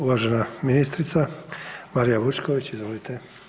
Uvažena ministrica Marija Vučković, izvolite.